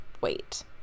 wait